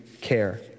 care